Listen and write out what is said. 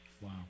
Wow